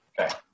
Okay